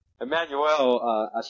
Emmanuel